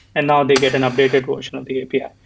and now they get an updated version of the api. yeah